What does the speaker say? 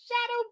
shadow